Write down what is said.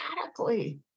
radically